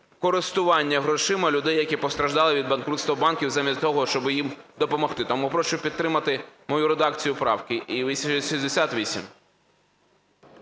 користування грошима людей, які постраждали від банкрутства банків, замість того щоб їм допомогти. Тому прошу підтримати мою редакцію правки